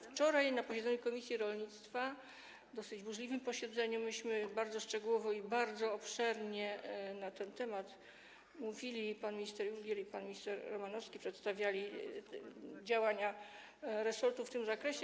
Wczoraj na posiedzeniu komisji rolnictwa, dosyć burzliwym posiedzeniu, myśmy bardzo szczegółowo i bardzo obszernie mówili na ten temat, pan minister Jurgiel i pan minister Romanowski przedstawiali działania resortu w tym zakresie.